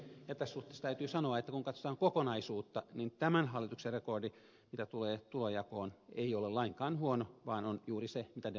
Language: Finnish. tässä suhteessa täytyy sanoa että kun katsotaan kokonaisuutta niin tämän hallituksen rekordi mitä tulee tulonjakoon ei ole lainkaan huono vaan on juuri se mitä demarit ovat vaatineet